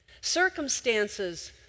Circumstances